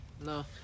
No